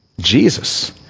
Jesus